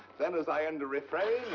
then as i end the refrain.